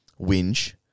whinge